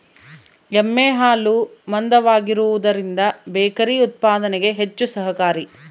ಎಮ್ಮೆ ಹಾಲು ಮಂದವಾಗಿರುವದರಿಂದ ಬೇಕರಿ ಉತ್ಪಾದನೆಗೆ ಹೆಚ್ಚು ಸಹಕಾರಿ